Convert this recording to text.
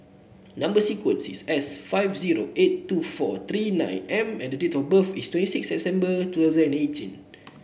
number sequence is S five zero eight two four three nine M and the date of birth is twenty six September